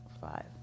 Five